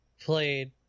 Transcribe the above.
played